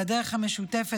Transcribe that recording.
על הדרך המשותפת,